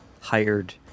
hired